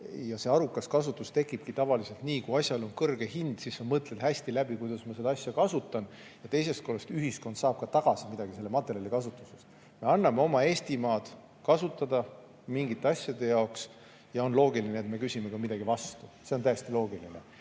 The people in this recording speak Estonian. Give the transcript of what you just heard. See arukas kasutus tekibki tavaliselt nii, et kui asjal on kõrge hind, siis sa mõtled hästi läbi, kuidas sa seda asja kasutad. Teisest küljest, ühiskond saab ka midagi selle materjali kasutamisest tagasi. Me anname oma Eestimaad kasutada mingite asjade jaoks ja on loogiline, et me küsime ka midagi vastu. See on täiesti loogiline.